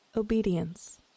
Obedience